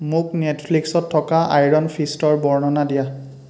মোক নেটফ্লিক্সত থকা আইৰণ ফিষ্টৰ বৰ্ণনা দিয়া